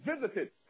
visited